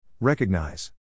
Recognize